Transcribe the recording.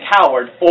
coward